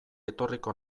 etorriko